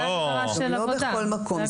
זה לא בכל מקום.